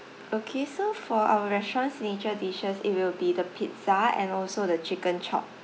okay so for our restaurant's signature dishes it will be the pizza and also the chicken chop